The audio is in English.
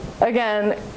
again